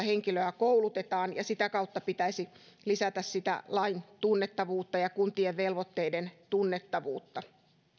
henkilöä koulutetaan ja sitä kautta pitäisi lisätä lain tunnettavuutta ja kuntien velvoitteiden tunnettavuutta